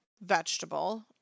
vegetable